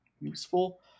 useful